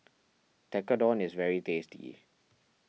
Tekkadon is very tasty